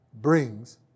brings